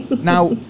now